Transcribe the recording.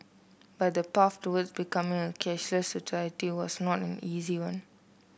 but the path towards becoming a cashless society was not an easy one